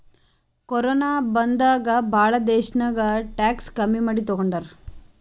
corona ಬಂದಾಗ್ ಭಾಳ ದೇಶ್ನಾಗ್ ಟ್ಯಾಕ್ಸ್ ಕಮ್ಮಿ ಮಾಡಿ ತಗೊಂಡಾರ್